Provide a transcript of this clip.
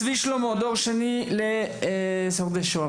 צבי שלמה, דור שני לשורדי שואה.